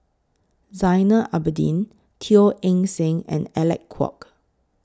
Zainal Abidin Teo Eng Seng and Alec Kuok